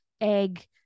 egg